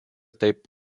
taip